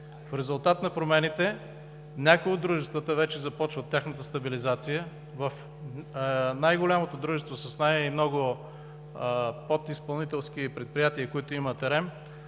В резултат на промените в някои от дружествата вече започва тяхната стабилизация. В най-голямото дружество, с най-много подизпълнителски предприятия, които има „ТЕРЕМ“